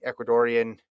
Ecuadorian